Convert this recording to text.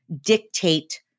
dictate